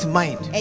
mind